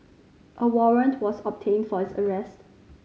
a warrant was obtained for his arrest